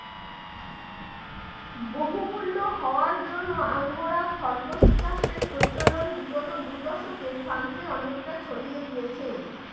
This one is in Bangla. বহুমূল্য হওয়ার জন্য আঙ্গোরা খরগোশ চাষের প্রচলন বিগত দু দশকে ফ্রান্সে অনেকটা ছড়িয়ে গিয়েছে